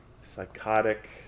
Psychotic